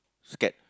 scared